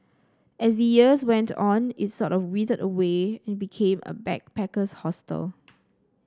as the years went on it sort of withered away and became a backpacker's hostel